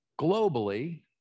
globally